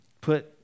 put